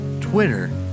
Twitter